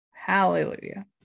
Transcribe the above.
hallelujah